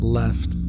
left